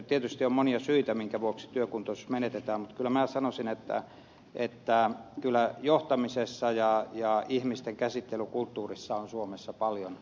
tietysti on monia syitä minkä vuoksi työkuntoisuus menetetään mutta minä sanoisin että kyllä johtamisessa ja ihmisten käsittelykulttuurissa on suomessa paljon oppimista